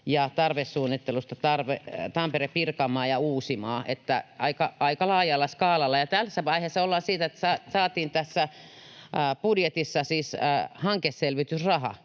ja tarvesuunnittelusta Tampere-Pirkanmaa ja Uusimaa — eli aika laajalla skaalalla. Ja tässä vaiheessa ollaan siinä, että saatiin tässä budjetissa siis hankeselvitysraha,